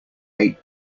eight